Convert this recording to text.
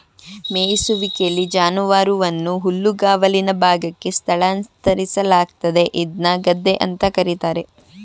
ಮೆಯಿಸುವಿಕೆಲಿ ಜಾನುವಾರುವನ್ನು ಹುಲ್ಲುಗಾವಲಿನ ಭಾಗಕ್ಕೆ ಸ್ಥಳಾಂತರಿಸಲಾಗ್ತದೆ ಇದ್ನ ಗದ್ದೆ ಅಂತ ಕರೀತಾರೆ